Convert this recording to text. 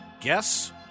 Guess